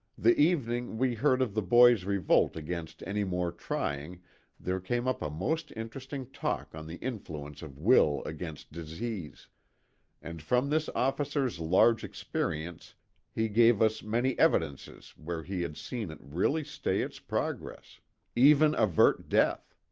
the evening we heard of the boy's revolt against any more trying there came up a most interesting talk on the influence of will against disease and from this officer's large experience he gave us many evidences where he had seen it really stay its progress even avert death.